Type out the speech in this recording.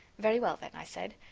very well, then, i said,